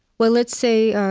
well, let's say